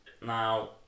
Now